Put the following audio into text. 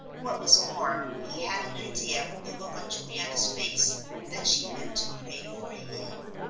what was more, he had an idea from the look on juliana's face that she meant to pray for him.